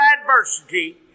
adversity